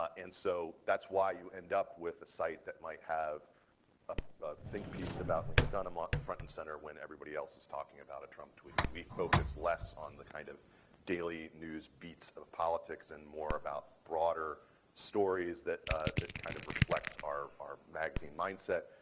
and so that's why you end up with a site that might have a think piece about lena dunham on front and center when everybody else is talking about a trump tweet. we focus less on the kind of daily news beats of politics and more about broader stories that that kind of reflect are our magazine mindset.